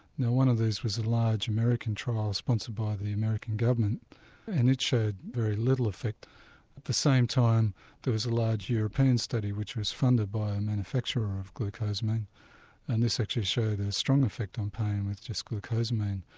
now one of these was large american trial sponsored by the american government and it showed very little effect. at the same time there was a large european study which was funded by a manufacturer of glucosamine and this actually showed a strong effect on pain with just glucosamine.